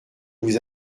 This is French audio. vous